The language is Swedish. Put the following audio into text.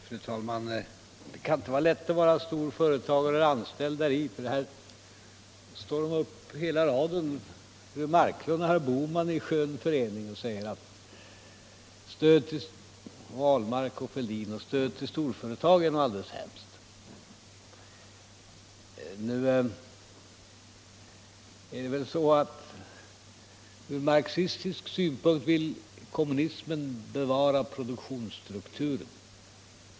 Fru talman! Det kan inte vara lätt att ha ett stort företag eller vara anställd däri. Här står de upp hela raden, fru Marklund och herr Bohman i skön förening, herr Ahlmark och herr Fälldin, och säger att stöd till storföretagen är något alldeles hemskt. Kommunismen vill med marxistisk utgångspunkt bevara produktionsstrukturen.